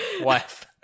wife